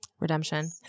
redemption